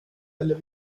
eller